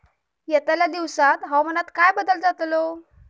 यतल्या दिवसात हवामानात काय बदल जातलो?